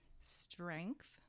strength